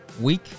week